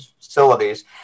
facilities